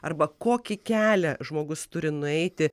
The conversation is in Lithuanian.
arba kokį kelią žmogus turi nueiti